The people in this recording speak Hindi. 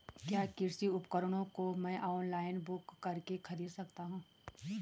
क्या कृषि उपकरणों को मैं ऑनलाइन बुक करके खरीद सकता हूँ?